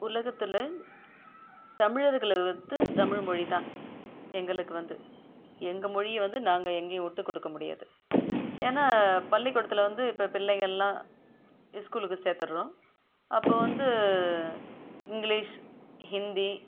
உலகத்தில் தமிழர்களை வந்து தமிழ் மொழிதான் எங்களுக்கு வந்து எங்கள் மொழியை வந்து நாங்கள் எங்கேயும் விட்டுக்கொடுக்க முடியாது ஏன்னா பள்ளிக்கூடத்தில் வந்து இப்போ பிள்ளைகல்லாம் ஸ்கூலுக்கு சேத்துடுறோம் அப்போது வந்து இங்கிலீஷ் ஹிந்தி